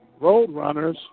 Roadrunners